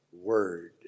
word